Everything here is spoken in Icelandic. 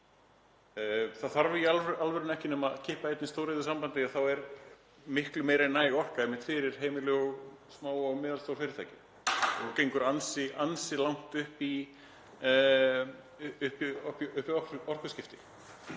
Það þarf í alvörunni ekki nema að kippa einni stóriðju úr sambandi og þá er miklu meira en næg orka fyrir heimili og smá og meðalstór fyrirtæki og gengur það ansi langt upp í orkuskipti.